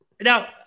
Now